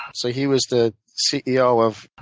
so he was the ceo of.